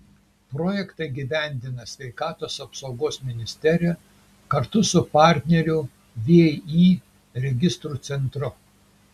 projektą įgyvendina sveikatos apsaugos ministerija kartu su partneriu vį registrų centru